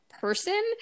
person